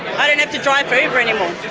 i don't have to drive for uber anymore.